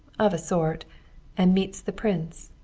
of a sort and meets the prince.